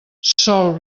sol